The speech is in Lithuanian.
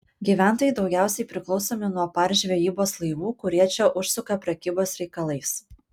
gyventojai daugiausiai priklausomi nuo par žvejybos laivų kurie čia užsuka prekybos reikalais